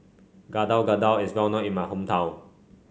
Gado Gado is well known in my hometown